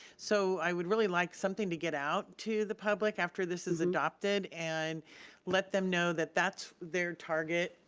so i would really like something to get out to the public after this is adopted and let them know that that's their target.